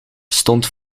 stond